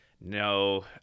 no